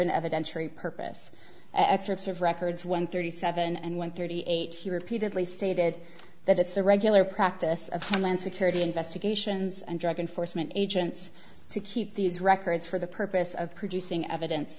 an evidentiary purpose excerpts of records one thirty seven and one thirty eight he repeatedly stated that it's the regular practice of homeland security investigations and drug enforcement agents to keep these records for the purpose of producing evidence